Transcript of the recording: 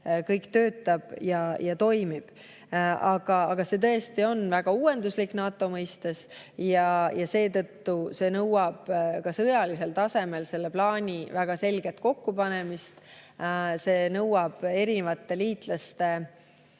kõik töötab ja toimib. Aga see [lähenemine] on väga uuenduslik NATO mõistes ja seetõttu nõuab ka sõjalisel tasemel plaani väga selget kokkupanemist. See nõuab liitlaste